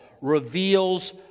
reveals